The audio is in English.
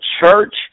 church